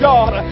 God